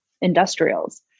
industrials